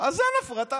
אז אין הפרטה.